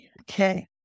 Okay